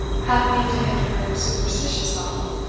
happening to hit her superstitious noddle,